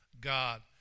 God